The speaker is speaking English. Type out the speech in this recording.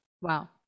Wow